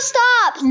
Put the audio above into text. Stop